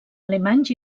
alemanys